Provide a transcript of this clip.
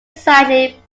slightly